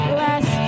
less